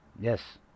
yes